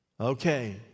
Okay